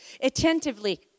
attentively